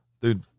dude